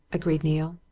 agreed neale.